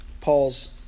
Paul's